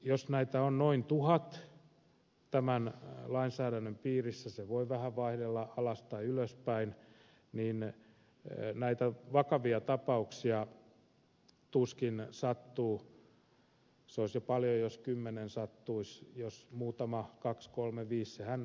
jos näitä on noin tuhat tämän lainsäädännön piirissä se voi vähän vaihdella alas tai ylöspäin niin näitä vakavia tapauksia tuskin paljon sattuu se olisi jo paljon jos kymmenen sattuisi ehkä muutama kaksi kolme viisi sehän riippuu aina tilanteesta